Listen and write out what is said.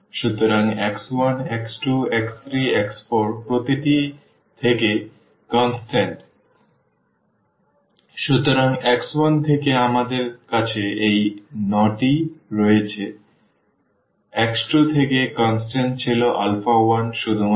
সুতরাং x 1 x 2 x 3 x 4 প্রতিটি থেকে কনস্ট্যান্ট সুতরাং x1 থেকে আমাদের কাছে এই 9 টি রয়েছে কারণ x2 থেকে কনস্ট্যান্ট ছিল আলফা 1 শুধুমাত্র